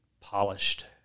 Polished